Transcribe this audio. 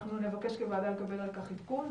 אנחנו נבקש כוועדה לקבל על כך עדכון,